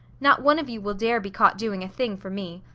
not one of you will dare be caught doing a thing for me.